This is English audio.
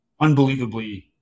unbelievably